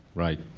right.